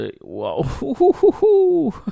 Whoa